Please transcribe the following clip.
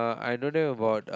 uh I don't have about